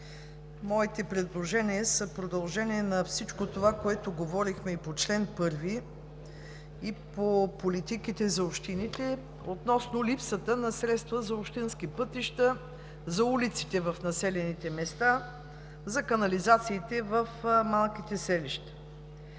Моите предложения са продължение на всичко това, което говорихме и по чл. 1, и по политиките за общините, относно липсата на средства за общински пътища, за улиците в населените места, за канализациите в малките селища.